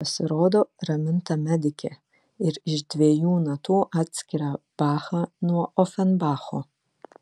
pasirodo raminta medikė ir iš dviejų natų atskiria bachą nuo ofenbacho